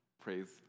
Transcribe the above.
praise